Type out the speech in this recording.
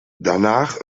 danach